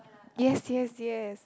yes yes yes